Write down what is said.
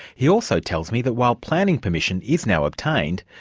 he also tells me that while planning permission is now obtained,